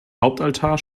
hauptaltar